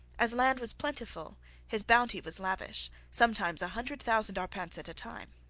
as land was plentiful his bounty was lavish sometimes a hundred thousand arpents at a time.